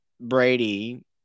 Brady